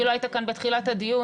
כי לא היית כאן בתחילת הדיון,